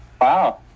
Wow